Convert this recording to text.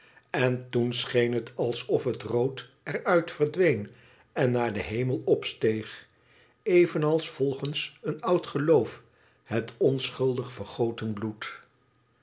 n toen scheen het alsof het rood er uit verdween en naar den hemel opsteeg even als volgens een oud geloof het onschuldig vergoten bloed